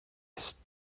ist